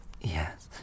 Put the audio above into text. Yes